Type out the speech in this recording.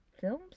films